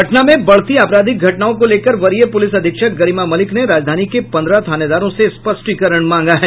पटना में बढ़ती अपराधिक घटनाओं को लेकर वरीय पुलिस अधीक्षक गरिमा मलिक ने राजधानी के पंद्रह थानेदारों से स्पष्टीकरण मांगा है